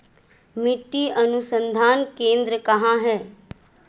मिट्टी अनुसंधान केंद्र कहाँ है?